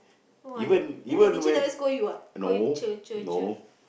!wah! the then the teacher never scold you ah call you cher cher cher